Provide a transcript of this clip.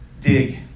Dig